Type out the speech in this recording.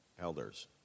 elders